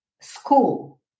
school